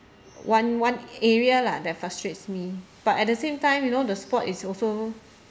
one one area lah that frustrates me but at the same time you know the sport is also